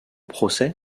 procès